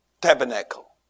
tabernacle